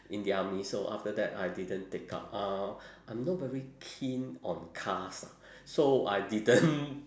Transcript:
in the army so after that I didn't take up uh I'm not very keen on cars ah so I didn't